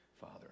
Father